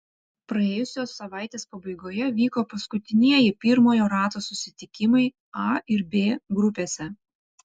praėjusios savaitės pabaigoje vyko paskutinieji pirmojo rato susitikimai a ir b grupėse